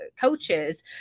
coaches